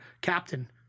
captain